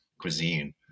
cuisine